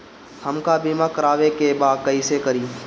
हमका बीमा करावे के बा कईसे करी?